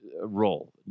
role